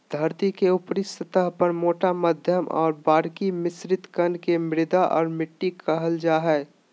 धरतीके ऊपरी सतह पर मोटा मध्यम और बारीक मिश्रित कण के मृदा और मिट्टी कहल जा हइ